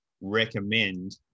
recommend